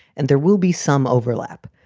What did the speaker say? and there will be some overlap.